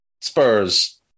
Spurs